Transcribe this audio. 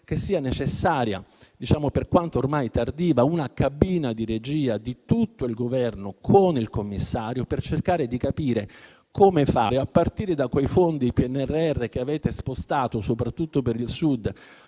che sia necessaria, per quanto ormai tardiva, una cabina di regia di tutto il Governo con il Commissario per cercare di capire come fare, a partire da quei fondi PNRR che avete spostato, soprattutto per il Sud,